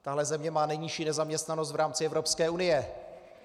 Tahle země má nejnižší nezaměstnanost v rámci Evropské unie.